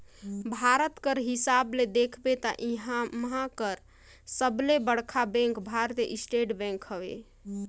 भारत कर हिसाब ले देखबे ता इहां कर सबले बड़खा बेंक भारतीय स्टेट बेंक हवे